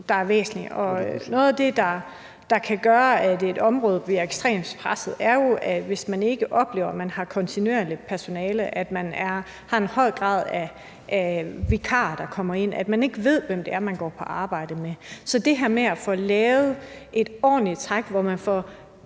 noget af det, der kan gøre, at et område bliver ekstremt presset, er jo, hvis man ikke oplever, at man har kontinuerligt personale, men at man har et højt antal vikarer, der kommer ind, og man ikke ved, hvem det er, man går på arbejde med. Så det her med at få lavet et ordentligt træk, hvor man får